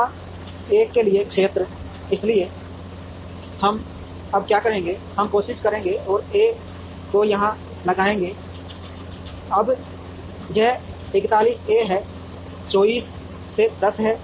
बड़ा एक के लिए क्षेत्र इसलिए हम अब क्या करेंगे हम कोशिश करेंगे और ए को यहां लगाएंगे अब यह 41 ए है 24 से 10 है